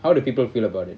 how do people feel about it